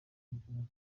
dushaka